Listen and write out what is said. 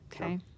Okay